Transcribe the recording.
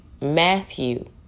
Matthew